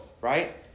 right